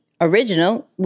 original